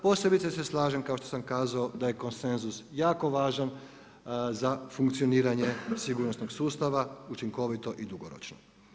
Posebice se slažem kao što sam kazao daj e konsenzus jako važan za funkcioniranje sigurnosnog sustava učinkovito i dugoročno.